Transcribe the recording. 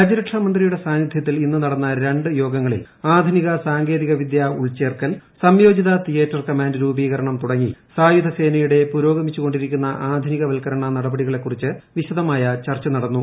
രാജ്യരക്ഷാ മന്ത്രിയുടെ സാന്നിധ്യത്തിൽ ഇന്ന് നടന്ന രണ്ട് യോഗങ്ങളിൽ ആധുനിക സാർങ്കേതികവിദൃ ഉൾച്ചേർക്കൽ സംയോജിത തിയേറ്റർ കമാൻഡ് രൂപീകരണം തുടങ്ങി സായുധ സേനയുടെ പുരോഗമിച്ചുക്കാണ്ടിരിക്കുന്ന ആധുനികവൽക്കരണ നടപടികളെക്കുറിച്ച് വിശദമായ ചർച്ച നടന്നു